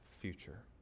future